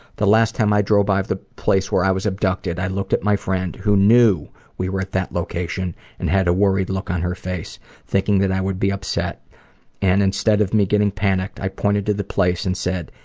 the last time i drove by the place that i was abducted i looked at my friend who knew we were at that location and had worried look on her face thinking that i would be upset and instead of me getting panicked, i pointed to the place and said,